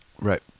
Right